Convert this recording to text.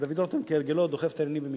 ודוד רותם, כהרגלו, דוחף את העניינים במהירות.